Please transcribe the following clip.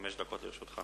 חמש דקות לרשותך.